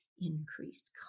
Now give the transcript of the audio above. increased